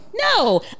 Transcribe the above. No